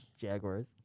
Jaguars